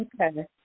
Okay